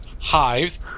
hives